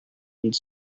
und